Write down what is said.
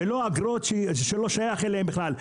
ולא אגרות שלא שייכות אליהם בכלל.